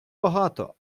багато